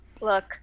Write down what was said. Look